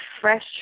fresh